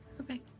Okay